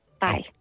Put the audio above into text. Bye